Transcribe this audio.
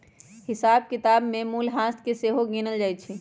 हिसाब किताब में मूल्यह्रास के सेहो गिनल जाइ छइ